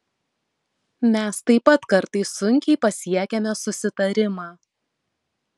mes taip pat kartais sunkiai pasiekiame susitarimą